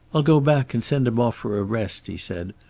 i'll go back and send him off for a rest, he said.